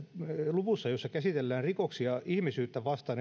luvussa jossa käsitellään rikoksia ihmisyyttä vastaan